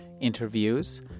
interviews